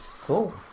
Cool